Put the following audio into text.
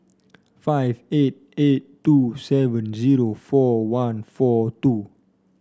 five eight eight two seven zero four one four two